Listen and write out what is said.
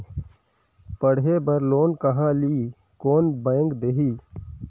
पढ़े बर लोन कहा ली? कोन बैंक देही?